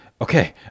Okay